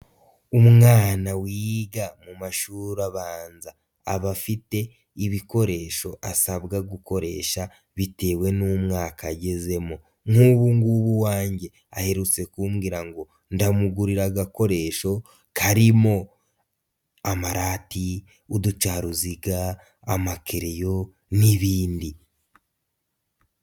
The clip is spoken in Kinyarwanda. Umwana wiyiga mu mashuri abanza aba afite ibikoresho asabwa gukoresha bitewe n'umwaka agezemo. Nk'ubu ngubu uwanjye aherutse kumbwira ngo ndamugurira agakoresho karimo amarati, uducaruziga, amakereyo, n'ibindi.